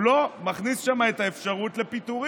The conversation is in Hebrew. הוא לא מכניס שם את האפשרות לפיטורים,